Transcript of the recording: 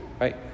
right